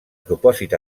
propòsit